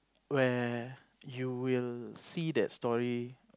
where you will see that story